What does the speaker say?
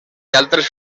altres